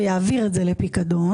מעביר את זה לפיקדון